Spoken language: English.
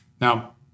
Now